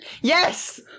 Yes